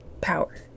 power